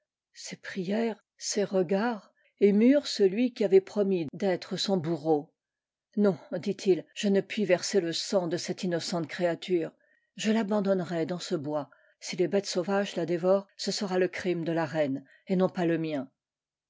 ses prières ses regards émurent celui qui avait promis d'être son bourreau non dit-il je ne puis verser le sang de cette innocente créature je l'abandonnerai dans ce bois si les bêtes sauvages la dévorent ce sera le crime de la reine et non pas le mien